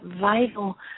vital